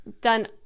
done